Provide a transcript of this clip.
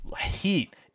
Heat